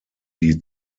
die